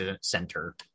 center